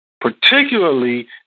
particularly